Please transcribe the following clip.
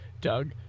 Doug